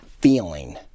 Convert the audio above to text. feeling